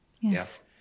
Yes